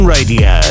Radio